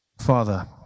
Father